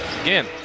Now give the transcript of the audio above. again